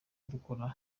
dukora